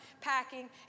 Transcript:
packing